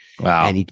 Wow